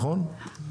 נכון?